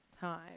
time